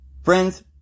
Friends